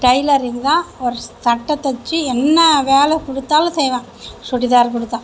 tailoring தான் ஒரு சட்டை தைச்சி என்ன வேலை கொடுத்தாலும் செய்வேன் சுடிதார் கொடுத்தா